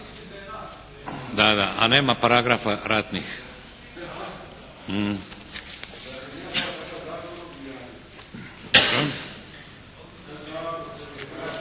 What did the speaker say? Da, a nema paragrafa ratnih.